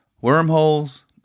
Wormholes